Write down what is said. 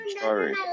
Sorry